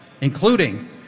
including